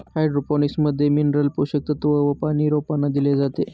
hydroponics मध्ये mineral पोषक तत्व व पानी रोपांना दिले जाते